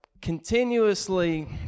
continuously